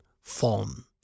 form